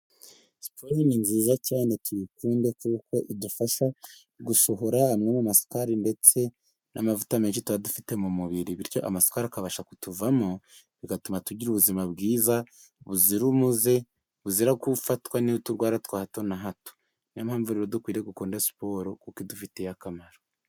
Siporo ni nziza cyane tuyikunde, kuko idufasha gusohora amwe mu masukari ndetse n'amavuta menshi tuba dufite mu mubiri, bityo amasukari akabasha kutuvamo bigatuma tugira ubuzima bwiza buzira umuze buzira gufatwa n'uturwara twa hato na hato, ni yo mpamvu rero dukwiriye gukunda siporo kuko idufitiye akamaro.